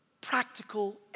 practical